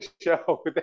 show